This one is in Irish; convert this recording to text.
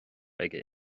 aige